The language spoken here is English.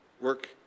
work